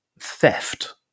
theft